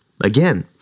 Again